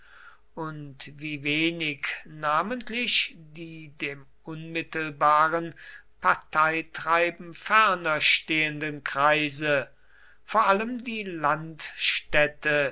und wie wenig namentlich die dem unmittelbaren parteitreiben ferner stehenden kreise vor allem die